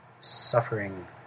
suffering